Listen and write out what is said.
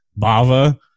Bava